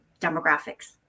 demographics